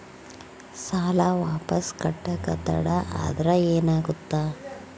ಸಾಲ ವಾಪಸ್ ಕಟ್ಟಕ ತಡ ಆದ್ರ ಏನಾಗುತ್ತ?